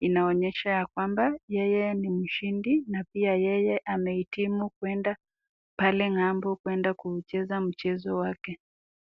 inaonyesha ya kwamba yeye ni mshindi na pia yeye amehitimu kuenda pale ng'ambo kuenda kucheza mchezo wake.